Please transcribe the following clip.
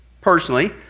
personally